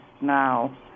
now